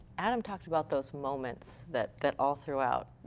adam talked about those moments that that all throughout,